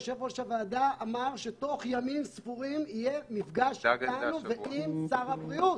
יושב-ראש הוועדה אמר שתוך ימים ספורים יהיה מפגש איתנו ועם שר הבריאות.